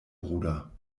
bruder